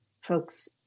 folks